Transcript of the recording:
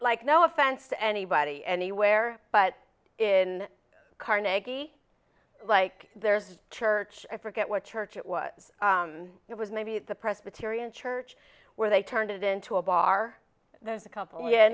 like no offense to anybody anywhere but in carnegie like there's a church i forget what church it was it was maybe the presbyterian church where they turned it into a bar there's a couple